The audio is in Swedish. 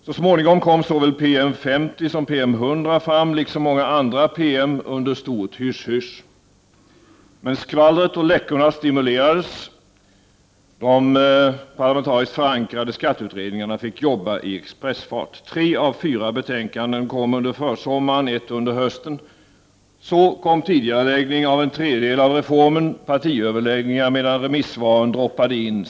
Så småningom kom såväl PM 50 som PM 100, liksom många andra PM under stort hysch-hysch. Men skvallret och läckorna stimulerades. De parlamentariskt förankrade skatteutredningarna fick jobba i expressfart. Tre av fyra betänkanden kom under försommaren. Ett kom under hösten. Så kom en tidigareläggning av en tredjedel av reformen. Partiöverläggningar hölls medan remissvaren droppade in.